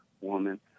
woman